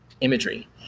imagery